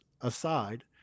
aside